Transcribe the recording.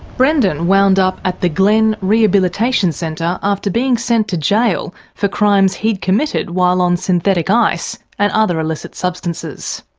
brendon wound up at the glen rehabilitation centre after being sent to jail for crimes he'd committed while on synthetic ice and other illicit substances.